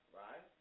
right